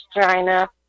China